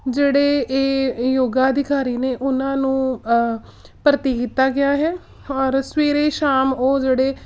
ਜਿਹੜੇ ਇਹ ਯੋਗਾ ਅਧਿਕਾਰੀ ਨੇ ਉਹਨਾਂ ਨੂੰ ਭਰਤੀ ਕੀਤਾ ਗਿਆ ਹੈ ਔਰ ਸਵੇਰੇ ਸ਼ਾਮ ਉਹ ਜਿਹੜੇ